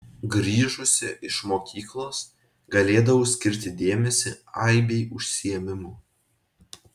grįžusi iš mokyklos galėdavau skirti dėmesį aibei užsiėmimų